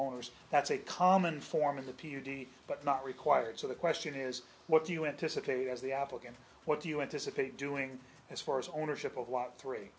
owners that's a common form of the p d but not required so the question is what do you anticipate as the applicant what do you anticipate doing as far as ownership of what three